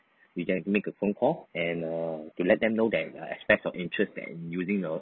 you just make a phone call and err to let them know that your express of interest that in using the